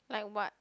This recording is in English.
like what